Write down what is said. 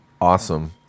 awesome